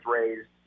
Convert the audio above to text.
raised